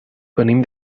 venim